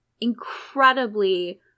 incredibly